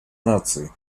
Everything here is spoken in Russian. наций